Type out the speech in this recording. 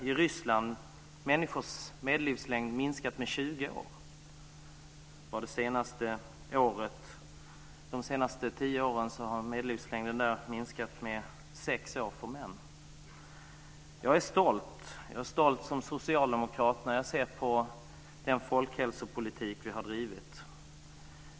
I Ryssland har människors medellivslängd minskat med 20 år. De senaste tio åren har medellivslängden minskat med 6 år för män. Jag är stolt som socialdemokrat när jag ser på den folkhälsopolitik som vi har drivit.